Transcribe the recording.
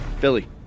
Billy